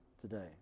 today